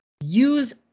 use